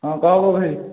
ହଁ କହ୍ ଗୋ ଭାଇ